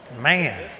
Man